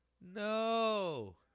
No